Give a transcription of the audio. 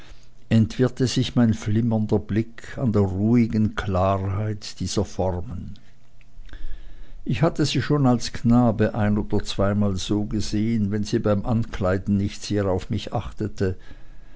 entwirrte sich mein flimmernder blick an der ruhigen klarheit dieser formen ich hatte sie schon als knabe ein oder zweimal so gesehen wenn sie beim ankleiden nicht sehr auf mich achtete